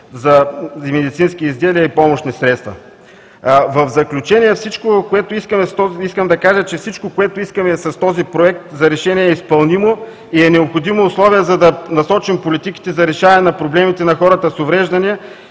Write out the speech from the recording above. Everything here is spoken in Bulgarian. за медицински изделия и помощни средства. В заключение искам да кажа, че всичко, което искаме с този Проект за решение, е изпълнимо и е необходимо условие, за да насочим политиките за решаване на проблемите на хората с увреждания